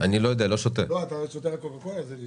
זה גורם להמון